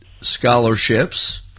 scholarships